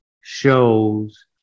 shows